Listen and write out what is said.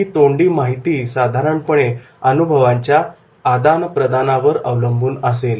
ही तोंडी माहिती साधारणपणे अनुभवांच्या आदानप्रदानावर अवलंबून असेल